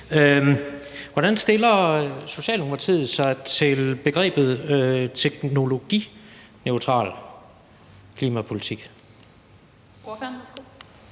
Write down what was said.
Hvordan stiller Socialdemokratiet sig til begrebet teknologineutral klimapolitik?